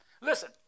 Listen